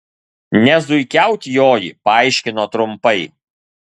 ne zuikiaut joji paaiškino trumpai